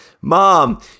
mom